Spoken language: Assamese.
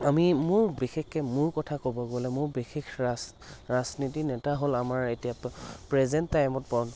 আমি মোৰ বিশেষকৈ মোৰ কথা ক'ব গ'লে মোৰ বিশেষ ৰাজ ৰাজনীতি নেতা হ'ল আমাৰ এতিয়াৰ প্ৰেজেণ্ট টাইমত প্ৰ